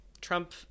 Trump